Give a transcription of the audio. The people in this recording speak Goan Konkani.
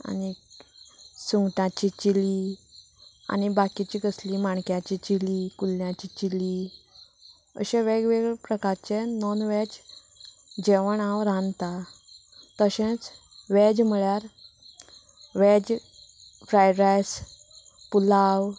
आनीक सुंगटाची चिली आनी बाकिची कसली माणक्याची चिली कुल्ल्यांची चिली अशें वेगवेगळे प्रकारचे नाॅन वेज जेवण हांव रांदता तशेंच वेज म्हळ्यार वेज फ्राय रायस पुलाव